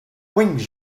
wings